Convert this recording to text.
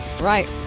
Right